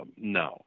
no